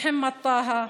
מוחמד טאהא,